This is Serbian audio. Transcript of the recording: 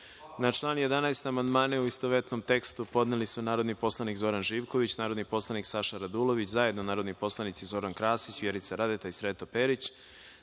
član 14. amandmane, u istovetnom tekstu, podneli su narodni poslanik Zoran Živković, narodni poslanik Saša Radulović, zajedno narodni poslanici Zoran Krasić, Vjerica Radeta i Miroslava